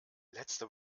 letzte